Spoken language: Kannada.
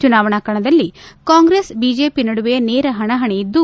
ಚುನಾವಣಾ ಕಣದಲ್ಲಿ ಕಾಂಗ್ರೆಸ್ ಬಿಜೆಪಿ ನಡುವೆ ನೇರ ಹಣಾಹಣಿ ಇದ್ದು